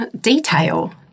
detail